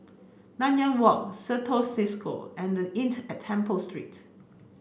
Nanyang Walk Certis Cisco and The Inn at Temple Street